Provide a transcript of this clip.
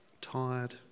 tired